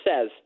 says